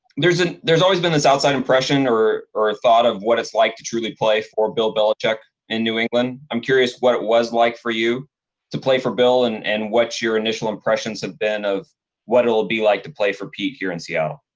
there's ah there's always been this outside impression or or ah thought of what it's like to truly play for bill belichek in new england. i'm curious what it was like for you to play for bill and and what your initial impressions have been of what it'll be like to play for pete here in seattle.